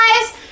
guys